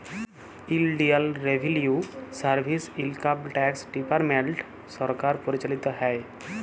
ইলডিয়াল revenue service, income tax department সরকার পরিচালিত হ্যয়